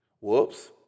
Whoops